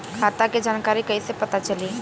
खाता के जानकारी कइसे पता चली?